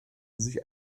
sich